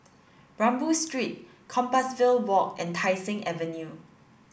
Rambau Street Compassvale Walk and Tai Seng Avenue